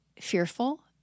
fearful